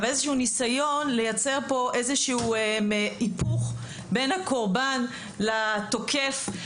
אבל איזשהו ניסיון לייצר פה איזשהו היפוך בין הקורבן לתוקף,